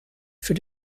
für